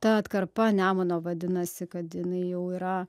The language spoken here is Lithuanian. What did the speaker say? ta atkarpa nemuno vadinasi kad jinai jau yra